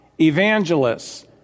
evangelists